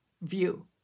view